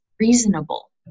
reasonable